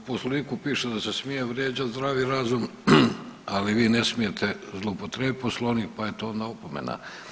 U Poslovniku piše da se smije vrijeđat zdravi razum, ali vi ne smijete zloupotrijebiti Poslovnik pa eto onda opomena.